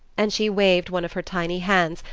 and she waved one of her tiny hands,